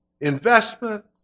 investment